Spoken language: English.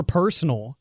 personal